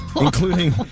including